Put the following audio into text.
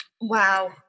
Wow